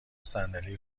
صندلی